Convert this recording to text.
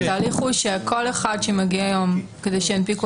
התהליך הוא שכל אחד שמגיע היום כדי שינפיקו